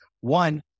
One